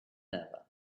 ever